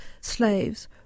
slaves